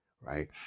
right